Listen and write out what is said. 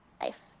life